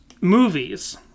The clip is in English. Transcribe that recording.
Movies